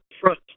front